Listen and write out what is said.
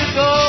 go